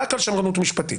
רק על שמרנות משפטית.